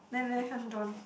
then they hand drawn